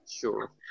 Sure